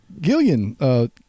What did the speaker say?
Gillian